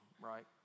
right